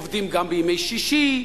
עובדים גם בימי שישי,